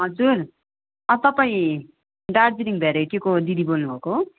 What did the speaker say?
हजुर तपाईँ दार्जिलिङ भेराइटीको दिदी बोल्नु भएको हो